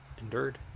endured